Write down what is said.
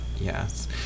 yes